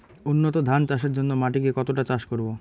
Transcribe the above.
উন্নত ধান চাষের জন্য মাটিকে কতটা চাষ করব?